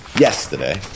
yesterday